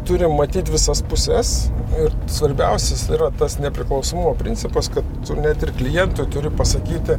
turim matyt visas puses ir svarbiausias yra tas nepriklausomumo principas kad net ir klientui turiu pasakyti